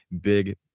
Big